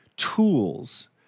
tools